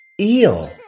Eel